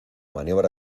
maniobra